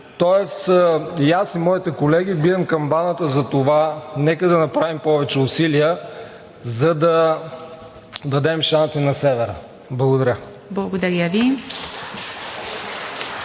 Тоест и аз, и моите колеги бием камбаната за това: нека да направим повече усилия, за да дадем шанс и на Севера. Благодаря. ПРЕДСЕДАТЕЛ